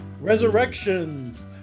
resurrections